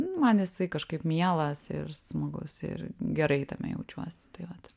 man jisai kažkaip mielas ir smagus ir gerai tame jaučiuosi tai vat